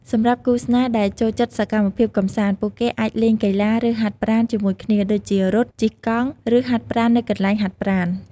សម្រាប់គូស្នេហ៍ដែលចូលចិត្តសកម្មភាពកំសាន្ត ពួកគេអាច លេងកីឡា ឬហាត់ប្រាណ ជាមួយគ្នា ដូចជា រត់ ជិះកង់ ឬហាត់ប្រាណនៅកន្លែងហាត់ប្រាណ។